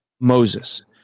Moses